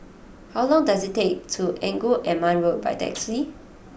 how long does it take to Engku Aman Road by taxi